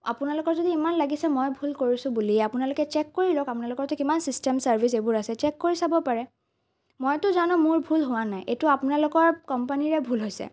আপোনালোকৰ যদি ইমান লাগিছে মই ভুল কৰিছোঁ বুলি আপোনালোকে চেক কৰি লওক আপোনালোকৰতো কিমান চিষ্টেম চাৰ্ভিছ এইবোৰ আছে চেক কৰি চাব পাৰে মইতো জানো মোৰ ভুল হোৱা নাই এইটো আপোনালোকৰ কোম্পানীৰে ভুল হৈছে